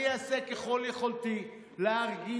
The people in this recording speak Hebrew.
אני אעשה ככל יכולתי להרגיע,